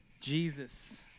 Jesus